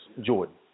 Jordan